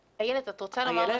איילת, את רוצה לומר משהו?